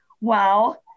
wow